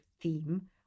theme